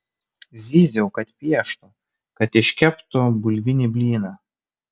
zyziau kad pieštų kad iškeptų bulvinį blyną